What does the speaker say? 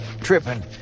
tripping